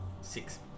six